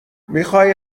میخوای